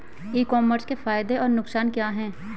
ई commerce के फायदे और नुकसान क्या हैं?